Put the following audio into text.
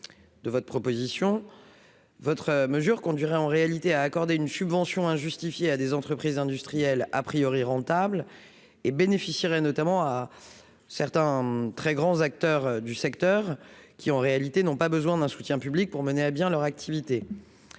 de votre proposition, votre mesure conduirait en réalité à accorder une subvention injustifiée à des entreprises industrielles, a priori, rentables et bénéficierait notamment à certains très grands acteurs du secteur, qui en réalité n'ont pas besoin d'un soutien public pour mener à bien leur activité